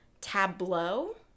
tableau